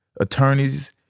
attorneys